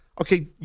Okay